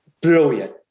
brilliant